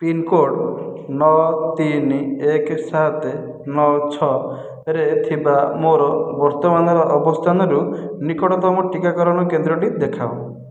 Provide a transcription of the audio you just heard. pincode ନଅ ତିନି ଏକ ସାତ ନଅ ଛଅରେ ଥିବା ମୋର ବର୍ତ୍ତମାନର ଅବସ୍ଥାନରୁ ନିକଟତମ ଟିକାକରଣ କେନ୍ଦ୍ରଟି ଦେଖାଅ